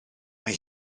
mae